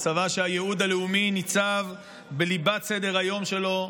צבא שהייעוד הלאומי ניצב בליבת סדר-היום שלו,